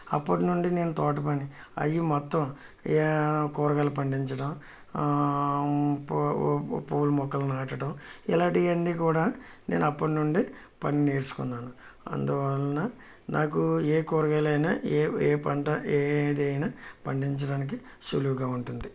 అప్పటి నుండి నేను తోట పని అవి మొత్తం కూరగాయలు పండించడం పూలు పూలు మొక్కలు నాటడం ఇలాంటివన్నీ కూడా నేను అప్పటి నుండి పని నేర్చుకున్నాను అందువలన నాకు ఏ కూరగాయలైన ఏ ఏ పంట ఏదైనా పండించడానికి సులువుగా ఉంటుంది